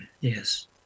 Yes